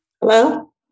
Hello